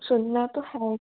सुनना तो है